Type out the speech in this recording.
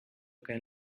can